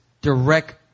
direct